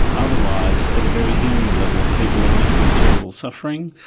otherwise at a very human level people are left with terrible suffering,